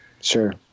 sure